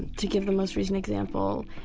to give the most recent example,